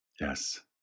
Yes